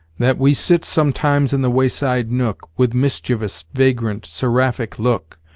that we sit sometimes in the wayside nook, with mischievous, vagrant, seraphic look,